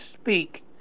speak